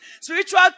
spiritual